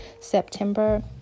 September